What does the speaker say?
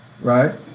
right